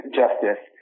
justice